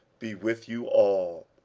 be with you all.